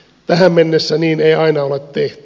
tähän mennessä niin ei aina ole tehty